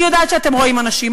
אני יודעת שאתם רואים אנשים,